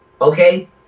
okay